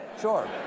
sure